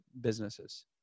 businesses